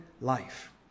life